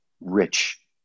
rich